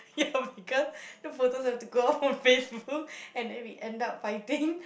ya because the photos have to go up on Facebook and then we end up fighting